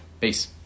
Peace